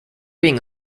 being